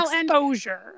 exposure